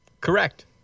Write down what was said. Correct